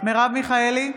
מרב מיכאלי,